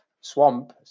swamp